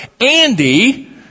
Andy